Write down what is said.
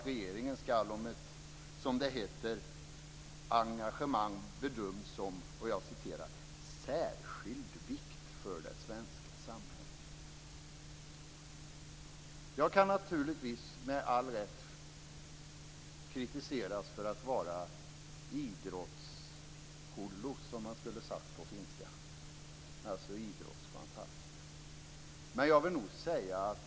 Regeringen skall avgöra om ett engagemang bedöms som av "särskild vikt för det svenska samhället". Jag kan naturligtvis med all rätt kritiseras för att vara idrottshullu, som man skulle sagt på finska, dvs. idrottsfantast.